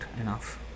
enough